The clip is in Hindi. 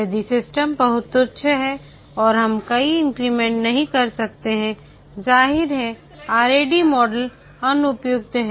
यदि सिस्टम बहुत तुच्छ है और हम कई इंक्रीमेंट नहीं कर सकते हैं जाहिर है RAD मॉडल अनुपयुक्त है